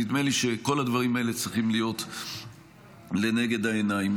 נדמה לי שכל הדברים האלה הצריכים להיות לנגד העיניים.